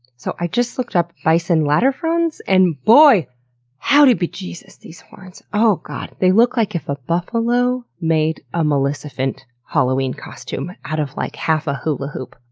so i just looked up bison latifrons and boy howdy bejezus these horns! oh god, they look like if a buffalo made a maleficent halloween costume out of, like, half a hula hoop.